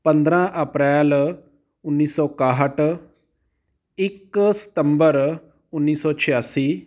ਪੰਦਰਾਂ ਅਪ੍ਰੈਲ ਉੱਨੀ ਸੌ ਇਕਾਹਠ ਇੱਕ ਸਤੰਬਰ ਉੱਨੀ ਸੌ ਛਿਆਸੀ